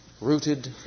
Rooted